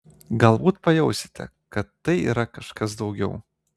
galbūt pajausite kad tai yra kažkas daugiau